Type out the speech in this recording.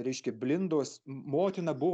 reiškia blindos motiną buvo